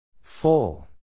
Full